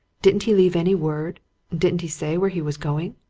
didn't he leave any word didn't he say where he was going?